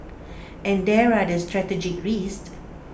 and there are the strategic risks